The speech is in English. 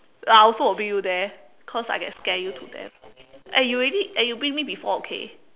I will also bring you there cause I can scare you to death eh you already eh you bring me before okay